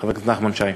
חבר הכנסת נחמן שי.